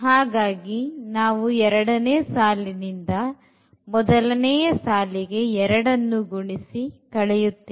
ಹಾಗಾಗಿ ನಾವು ಎರಡನೇ ಸಾಲಿನಿಂದ ಮೊದಲನೆಯ ಸಾಲಿಗೆ ಎರಡನ್ನು ಗುಣಿಸಿ ಕಳೆಯುತ್ತೇವೆ